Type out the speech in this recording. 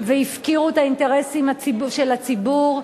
והפקירו את האינטרסים של הציבור,